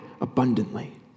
abundantly